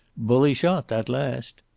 bully shot, that last.